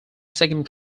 second